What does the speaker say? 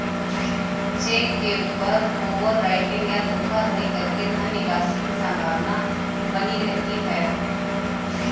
check के ऊपर over writing या धोखाधड़ी करके धन निकासी की संभावना बनी रहती है